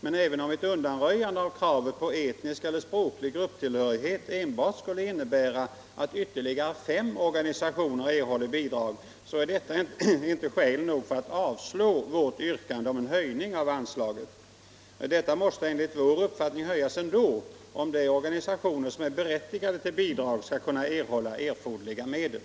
Men även om ett undanröjande av kravet på etnisk och språklig grupptillhörighet enbart skulle innebära att ytterligare fem organisationer erhåller bidrag, är detta inte skäl nog att avslå vårt yrkande om en höjning av anslaget. Det måste enligt vår uppfattning höjas ändå, om de organisationer som är berättigade till bidrag skall kunna erhålla erforderliga medel.